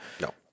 no